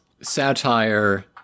Satire